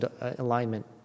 alignment